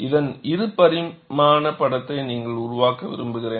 இதன் இரு பரிமாண படத்தை நீங்கள் உருவாக்க விரும்புகிறேன்